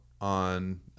on